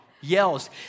yells